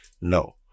No